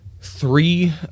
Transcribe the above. three